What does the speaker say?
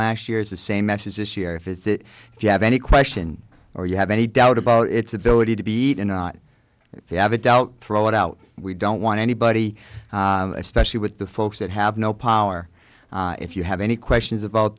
last year is the same message this year is that if you have any question or you have any doubt about its ability to be eat and not have a doubt throw it out we don't want anybody especially with the folks that have no power if you have any questions about